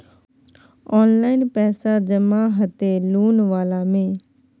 Online पैसा जमा हते लोन वाला में?